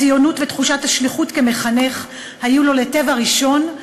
הציונות ותחושת השליחות כמחנך היו לו לטבע ראשון.